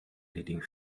leading